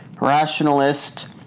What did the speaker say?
Rationalist